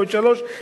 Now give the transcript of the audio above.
בעוד שלושה שבועות,